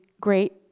great